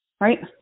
right